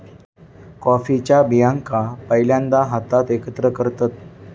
कॉफीच्या बियांका पहिल्यांदा हातात एकत्र करतत